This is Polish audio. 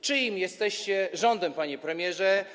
Czyim jesteście rządem, panie premierze?